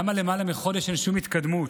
למה למעלה מחודש אין שום התקדמות?